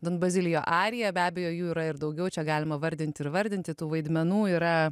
don bazilijo arija be abejo jų yra ir daugiau čia galima vardinti ir vardinti tų vaidmenų yra